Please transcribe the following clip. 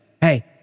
Hey